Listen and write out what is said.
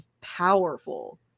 powerful